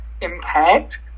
impact